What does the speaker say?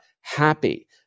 happy